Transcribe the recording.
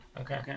Okay